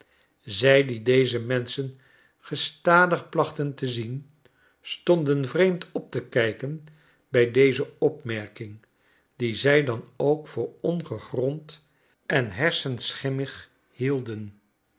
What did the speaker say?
zij die deze menschen gestadig plachten te zien stonden vreemd op te kijken bij deze opmerking die zij dan ook voor ongegrond en hersenschimmig hielden